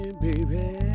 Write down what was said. baby